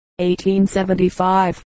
1875